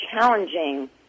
challenging